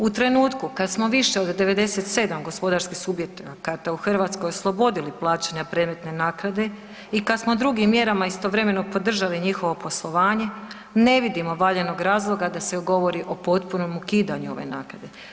U trenutku kad smo više od 97 gospodarskim subjektima …/nerazumljivo/… oslobodili plaćanja predmetne naknade i kad smo drugim mjerama istovremeno podržali njihovo poslovanje ne vidimo valjanog razloga da se govori o potpunom ukidanju ove naknade.